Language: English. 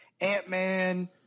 Ant-Man